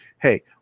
Hey